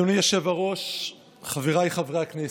אדוני היושב-ראש, חבריי חברי הכנסת,